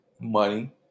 money